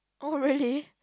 oh really